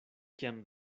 kiam